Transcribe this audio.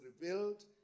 revealed